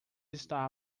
está